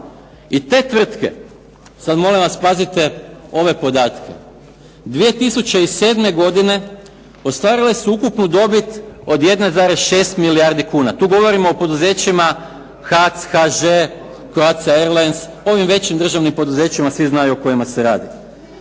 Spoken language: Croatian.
I te tvrtke, sad molim vas pazite ove podatke, 2007. godine ostvarile su ukupnu dobit od 1,6 milijardi kuna. Tu govorimo o poduzećima "HAC", "HŽ", "Croatia Airlines", ovim većim državnim poduzećima, svi znaju o kojima se radi.